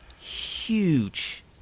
huge